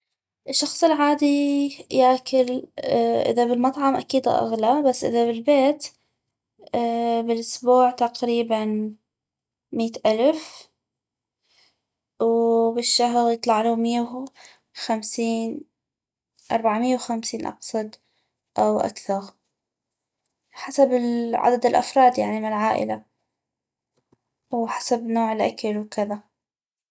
الشخص العادي ياكل اذا بالمطعم اكيد اغلى بس اذا بالبيت بالأسبوع تقريباً ميت ألف وبالشهر يطلعلو مية وخمسين اربعمية وخمسين اقصد او اكثغ حسب ال عدد الأفراد يعني مال عائلة وحسب نوع الاكل وكذا